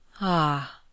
Ah